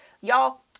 Y'all